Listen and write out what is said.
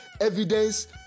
evidence